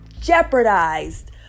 jeopardized